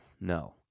no